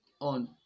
on